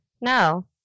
no